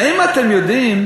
האם אתם יודעים